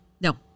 No